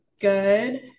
good